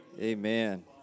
Amen